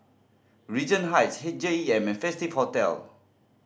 Regent Heights H J E M and Festive Hotel